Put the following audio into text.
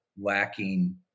lacking